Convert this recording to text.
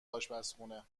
آشپزخونه